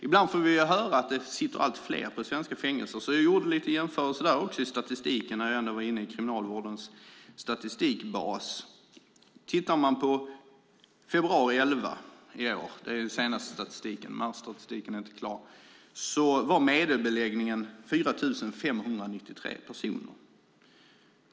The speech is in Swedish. Ibland får vi ju höra att det sitter allt fler i svenska fängelser, så jag gjorde en liten jämförelse där när jag ändå var inne i Kriminalvårdens statistikdatabas. Den senaste statistiken är från februari 2011. Marsstatistiken är inte klar än. I februari 2011 var medelbeläggningen 4 593 personer.